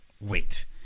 wait